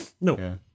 No